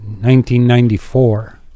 1994